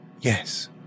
Yes